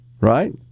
right